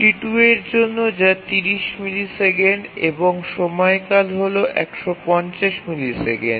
T2 এর জন্য যা ৩০ মিলি সেকেন্ড এবং সময়কাল হয় ১৫০ মিলিসেকেন্ড